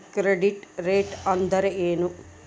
Credit rate ಅಂದರೆ ಏನು?